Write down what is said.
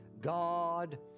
God